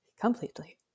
completely